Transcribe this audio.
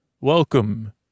Welcome